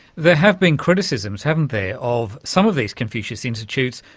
there have been criticisms, haven't there, of some of these confucius institutes,